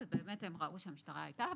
ובאמת הם ראו שהמשטרה הייתה,